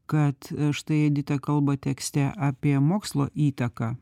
kad štai edita kalba tekste apie mokslo įtaką